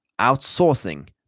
outsourcing